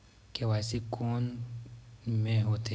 KYC कोन में होथे?